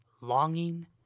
longing